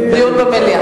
דיון במליאה.